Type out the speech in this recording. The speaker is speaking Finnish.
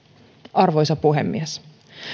arvoisa puhemies